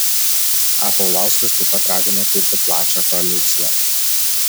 a paulauskas taip pat ragino kurti plačią koaliciją